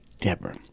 Deborah